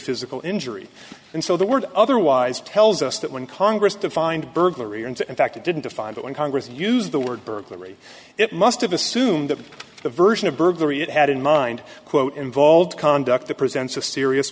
physical injury and so the word otherwise tells us that when congress defined burglary and in fact it didn't define that when congress used the word burglary it must have assumed that the version of burglary it had in mind quote involved conduct that presents a serious